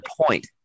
point